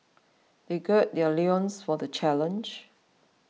they gird their loins for the challenge